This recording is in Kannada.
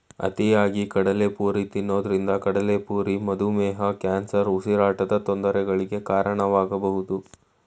ಅತಿಯಾಗಿ ಕಡಲೆಪುರಿ ತಿನ್ನೋದ್ರಿಂದ ಕಡ್ಲೆಪುರಿ ಮಧುಮೇಹ, ಕ್ಯಾನ್ಸರ್, ಉಸಿರಾಟದ ತೊಂದರೆಗಳಿಗೆ ಕಾರಣವಾಗಬೋದು